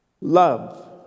Love